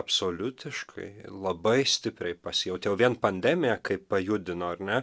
absoliutiškai labai stipriai pasijautė jau vien pandemija kaip pajudino ar ne